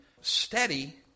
steady